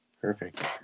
Perfect